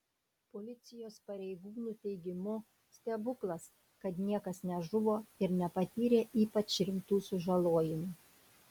policijos pareigūnų teigimu stebuklas kad niekas nežuvo ir nepatyrė ypač rimtų sužalojimų